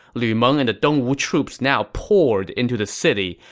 lu meng and the dongwu troops now poured into the city,